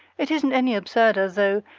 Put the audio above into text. it isn't any absurder, though,